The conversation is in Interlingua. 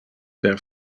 per